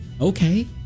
Okay